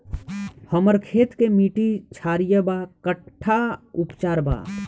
हमर खेत के मिट्टी क्षारीय बा कट्ठा उपचार बा?